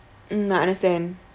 mm I understand